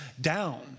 down